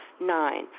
Nine